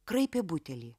kraipė butelį